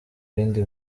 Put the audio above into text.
bindi